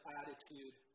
attitude